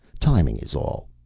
timing is all,